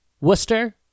Worcester